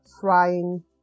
frying